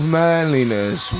manliness